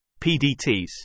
PDTs